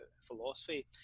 philosophy